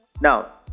now